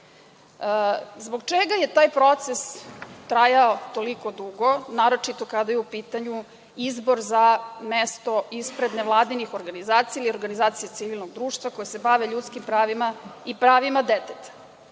Zbog čega je taj proces trajao toliko dugo, naročito kada je u pitanju izbor za mesto ispred nevladinih organizacija ili organizacija civilnog društva koje se bave ljudskim pravima i pravima deteta?